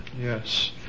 Yes